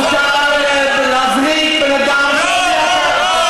מותר להזריק לבן-אדם בלי הכרה.